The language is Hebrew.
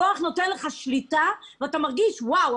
כוח נותן לך שליטה ואתה מרגיש וואו,